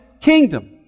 kingdom